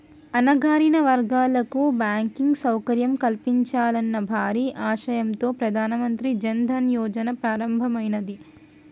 అణగారిన వర్గాలకు బ్యాంకింగ్ సౌకర్యం కల్పించాలన్న భారీ ఆశయంతో ప్రధాన మంత్రి జన్ ధన్ యోజన ప్రారంభమైనాది